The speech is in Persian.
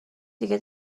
دیگه